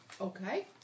Okay